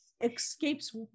Escapes